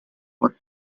what